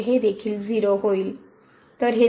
तर हे देखील 0 होईल